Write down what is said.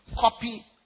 Copy